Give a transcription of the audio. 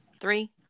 Three